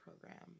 program